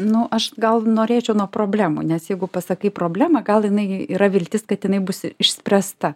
nu aš gal norėčiau nuo problemų nes jeigu pasakai problemą gal jinai yra viltis kad jinai bus išspręsta